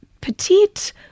petite